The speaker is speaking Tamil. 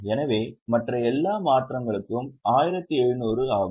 எனவே மற்ற எல்லா மாற்றங்களும் 1700 ஆகும்